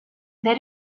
they